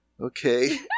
Okay